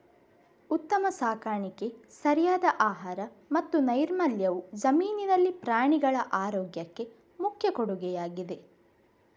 ಉತ್ತಮ ಸಾಕಾಣಿಕೆ, ಸರಿಯಾದ ಆಹಾರ ಮತ್ತು ನೈರ್ಮಲ್ಯವು ಜಮೀನಿನಲ್ಲಿ ಪ್ರಾಣಿಗಳ ಆರೋಗ್ಯಕ್ಕೆ ಮುಖ್ಯ ಕೊಡುಗೆಯಾಗಿದೆ